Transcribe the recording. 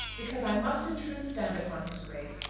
because i must in truth stand upon his grave.